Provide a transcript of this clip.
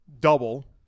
double